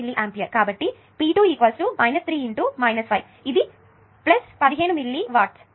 కాబట్టి p 2 3 × 5 ఇది 15 milli watts